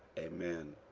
amen.